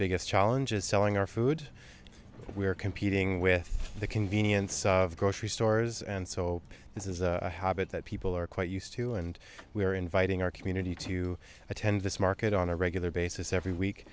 biggest challenge is selling our food we are competing with the convenience of grocery stores and so this is a habit that people are quite used to and we are inviting our community to attend this market on a regular basis every week